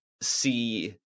see